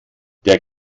der